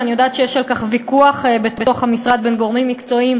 אני יודעת שיש על כך ויכוח בתוך המשרד בין גורמים מקצועיים,